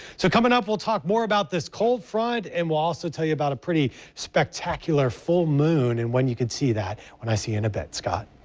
so coming up, we'll talk more about this cold front and we'll also tell you about a pretty spectacular full moon and when you can see that when i see you in a bit, scott.